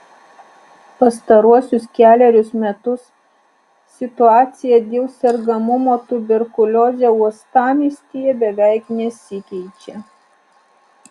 pastaruosius kelerius metus situacija dėl sergamumo tuberkulioze uostamiestyje beveik nesikeičia